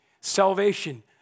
Salvation